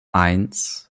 eins